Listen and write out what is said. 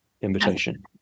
invitation